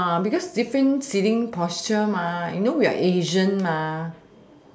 because different seating posture you know we are asian